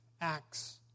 acts